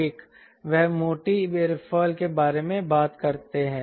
एक वह मोटी एयरफॉइल के बारे में बात करता है